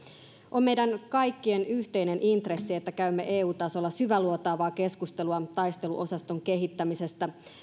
on meidän kaikkien yhteinen intressi että käymme eu tasolla syväluotaavaa keskustelua taisteluosaston kehittämisestä